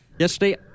Yesterday